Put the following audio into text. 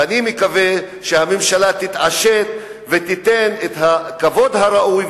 ואני מקווה שהממשלה תתעשת ותיתן את הכבוד הראוי,